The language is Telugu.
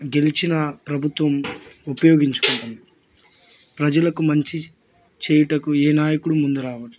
గెలిచినా ప్రభుత్వం ఉపయోగించుకుంటుంది ప్రజలకు మంచి చేయుటకు ఏ నాయకుడు ముందు రావట్లేదు